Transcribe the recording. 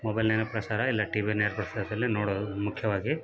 mobile ನೇರ ಪ್ರಸಾರ ಇಲ್ಲ ಟಿವಿ ನೇರ ಪ್ರಸಾರದಲ್ಲಿ ನೋಡೋದು ಮುಖ್ಯವಾಗಿ